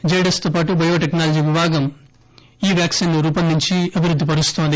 జైడస్తోపాటు biotechnology విభాగం ఈ vaccine ను రూపొందించి అభివృద్ది పరుస్తోంది